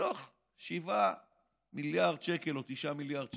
מתוך 7 מיליארד שקל או 9 מיליארד שקל,